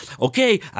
Okay